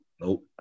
Nope